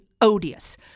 odious